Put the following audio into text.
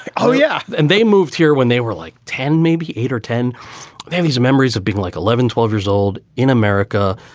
oh yeah. and they moved here when they were like ten, maybe eight or ten have these memories of being like eleven, twelve years old in america.